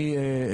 תודה.